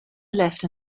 left